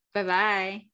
Bye-bye